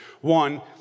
One